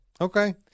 Okay